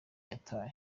yataye